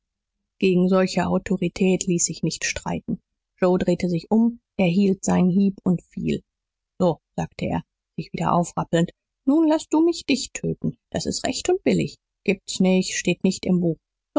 gegen solche autorität ließ sich nicht streiten joe drehte sich um erhielt seinen hieb und fiel so sagte er sich wieder aufrappelnd nun laß du mich dich töten das ist recht und billig gibt's nicht steht nicht im buch